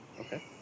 Okay